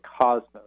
cosmos